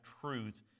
truth